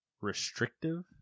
restrictive